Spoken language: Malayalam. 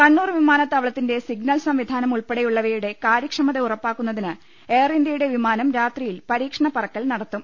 കണ്ണൂർ വിമാനത്താവളത്തിന്റെ സിഗ്നൽ സംവിധാനം ഉൾപ്പെടെയുള്ളവയുടെ കാര്യക്ഷമത ഉറപ്പാക്കുന്നതിന് എയർ ഇന്തൃയുടെ വിമാനം രാത്രിയിൽ പരീക്ഷണ പറക്കൽ നടത്തും